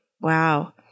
Wow